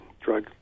drug